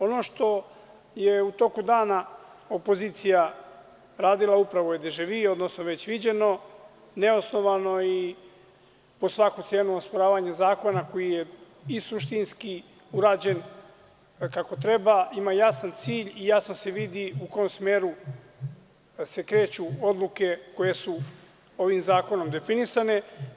Ono što je u toku dana opozicija radila upravo je već viđeno, neosnovano i po svaku cenu osporavanje zakona koji je i suštinski rađen kako treba, ima jasan cilj i jasno se vidi u kom smeru se kreću odluke koje su ovim zakonom definisane.